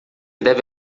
deve